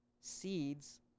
seeds